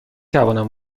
توانم